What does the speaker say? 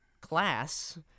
class